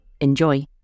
Enjoy